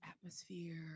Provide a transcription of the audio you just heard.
atmosphere